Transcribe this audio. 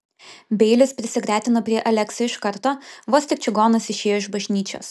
beilis prisigretino prie aleksio iš karto vos tik čigonas išėjo iš bažnyčios